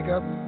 up